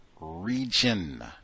region